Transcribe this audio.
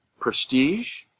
prestige